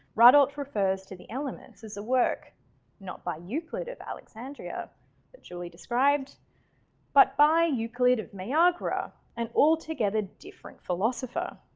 ratdolt refers to the elements as a work not by euclid of alexandria but duly described but by euclid of ah meagara. an altogether different philosopher.